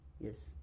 Yes